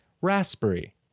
Raspberry